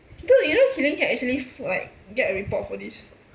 dude you know kelene can actually f~ like get a report for this